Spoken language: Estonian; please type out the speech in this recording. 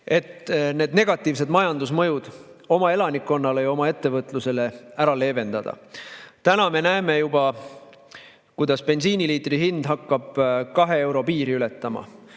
et neid negatiivseid majandusmõjusid oma elanikkonna ja ettevõtluse [jaoks] leevendada. Täna me näeme juba, kuidas bensiiniliitri hind hakkab kahe euro piiri ületama.